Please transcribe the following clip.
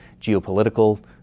geopolitical